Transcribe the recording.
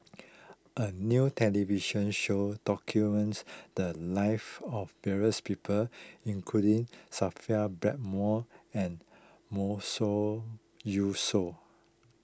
a new television show documents the lives of various people including Sophia Blackmore and Yusof